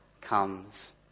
comes